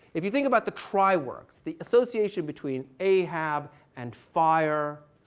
if you think about the tri-works, the association between ahab and fire